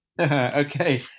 okay